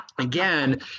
Again